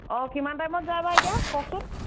অ কিমান টাইমত যায়বা এতিয়া কওকচোন